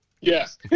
Yes